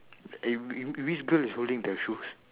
eh which which girl is holding the shoes